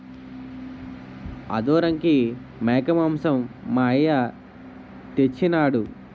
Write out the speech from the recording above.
ఆదోరంకి మేకమాంసం మా అయ్య తెచ్చెయినాడు